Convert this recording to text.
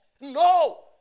No